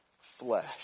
flesh